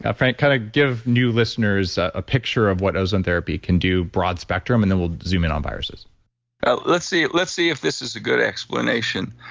ah frank, kind of give new listeners a picture of what ozone therapy can do broad spectrum. and then we'll zoom in on viruses let's see let's see if this is a good explanation.